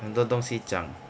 很多东西讲